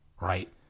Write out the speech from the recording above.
right